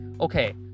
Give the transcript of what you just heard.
Okay